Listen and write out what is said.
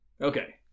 Okay